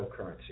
cryptocurrency